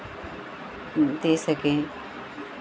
दे सकें